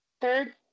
Third